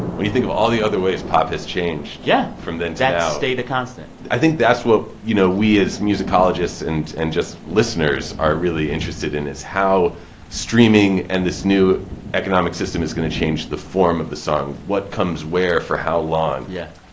when you think of all the other ways pop has changed. yeah. from then to now that's stayed a constant i think that's what, you know, we as musicologists and and just listeners are really interested in, is how streaming and this new economic system is going to change the form of the song. what comes where for how long? yeah.